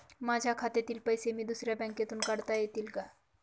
माझ्या खात्यातील पैसे मी दुसऱ्या बँकेतून काढता येतील का?